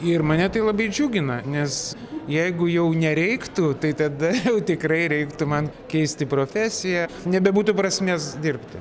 ir mane tai labai džiugina nes jeigu jau nereiktų tai tada jau tikrai reiktų man keisti profesiją nebebūtų prasmės dirbti